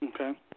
Okay